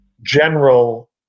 general